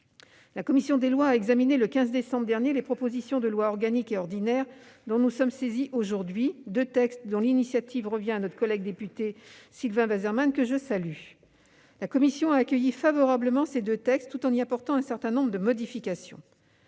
La commission des lois a examiné le 15 décembre dernier les propositions de loi organique et ordinaire dont nous sommes saisis aujourd'hui, deux textes dont l'initiative revient à notre collègue député Sylvain Waserman, que je salue. La commission les a accueillis favorablement, tout en y apportant un certain nombre de modifications.